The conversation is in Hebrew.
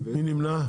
מי נמנע?